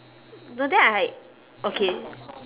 today I like okay